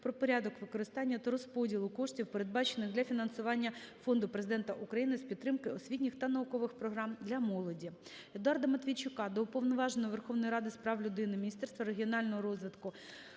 про порядок використання та розподілу коштів, передбачених для фінансування Фонду Президента України з підтримки освітніх та наукових програм для молоді.